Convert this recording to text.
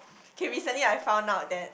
okay recently I found out that